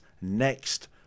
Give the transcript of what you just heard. next